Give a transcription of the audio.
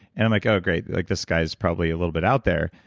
and i'm like, oh, great, like this guy is probably a little bit out there,